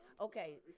okay